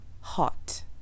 hot